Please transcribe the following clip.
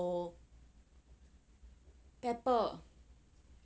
pepper